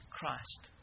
Christ